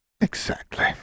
Exactly